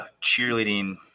cheerleading